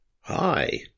Hi